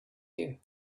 you